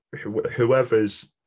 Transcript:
whoever's